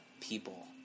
people